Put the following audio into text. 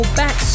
back